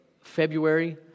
February